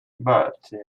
bertie